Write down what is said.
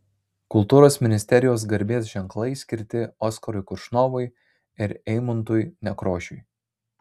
kultūros ministerijos garbės ženklai skirti oskarui koršunovui ir eimuntui nekrošiui